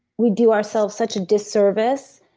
we do ourselves such a disservice